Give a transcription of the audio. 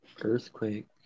Earthquake